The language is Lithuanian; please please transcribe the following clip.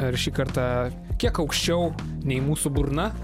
ir šį kartą kiek aukščiau nei mūsų burna